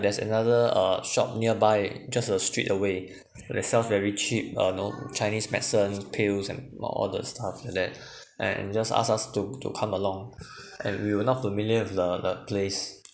there's another uh shop nearby just a street away they sell very cheap uh know chinese medicine pills and a lot of the stuff like that and just asked us to to come along and we were not familiar with the that place